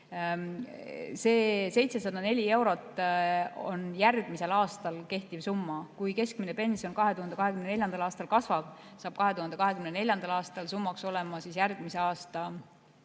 See 704 eurot on järgmisel aastal kehtiv summa. Kui keskmine pension 2024. aastal kasvab, siis saab 2024. aastal selleks summaks olema 2024. aasta